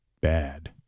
bad